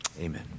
Amen